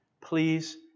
Please